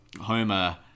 Homer